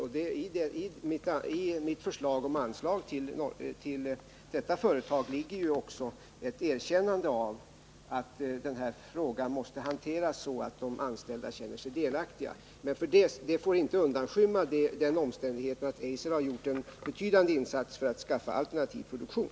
I mitt förslag om anslag till detta arbetskooperativa företag ligger ju också ett erkännande av att denna fråga måste hanteras så, att de anställda känner sig delaktiga. Det får inte undanskymma det förhållandet att Eiserledningen har gjort en betydande insats för att skaffa alternativ produktion.